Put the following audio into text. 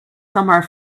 somewhere